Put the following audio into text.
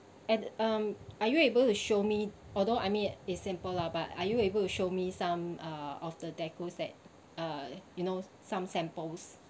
and um are you able to show me all those I mean it's simple lah but are you able to show me some uh of the deco that uh you know some samples